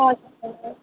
আচ্ছা